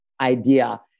idea